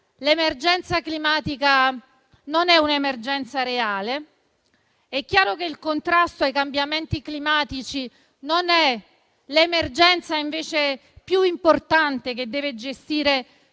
l'emergenza climatica non è reale; è chiaro che il contrasto ai cambiamenti climatici non è l'emergenza più importante che deve gestire